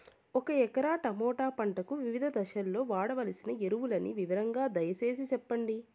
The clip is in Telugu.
ఒక ఎకరా టమోటా పంటకు వివిధ దశల్లో వాడవలసిన ఎరువులని వివరంగా దయ సేసి చెప్పండి?